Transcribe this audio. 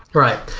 right,